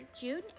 June